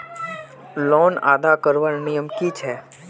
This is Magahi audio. लोन अदा करवार नियम की छे?